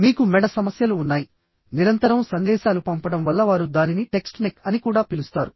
మీకు మెడ సమస్యలు ఉన్నాయి నిరంతరం సందేశాలు పంపడం వల్ల వారు దానిని టెక్స్ట్ నెక్ అని కూడా పిలుస్తారు